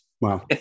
wow